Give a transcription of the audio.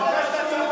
אתה הורס את הצבא.